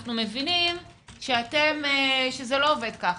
אנחנו מבינים שזה לא עובד ככה.